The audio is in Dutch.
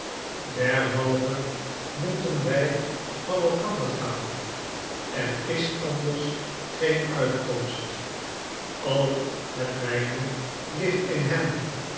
derhalve moeten wij van elkander gaan er is anders geen uitkomst al het mijne ligt in hem